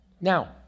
now